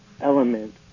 element